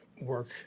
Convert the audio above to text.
work